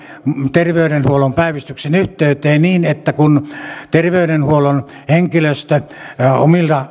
terveydenhuollon päivystyksen yhteyteen niin että kun terveydenhuollon henkilöstö omilla